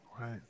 right